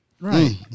Right